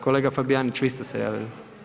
Kolega Fabijanić vi ste se javili?